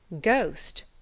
Ghost